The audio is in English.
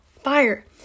fire